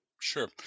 Sure